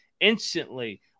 Instantly